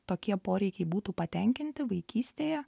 tokie poreikiai būtų patenkinti vaikystėje